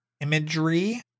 imagery